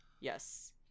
yes